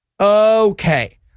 Okay